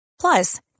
Plus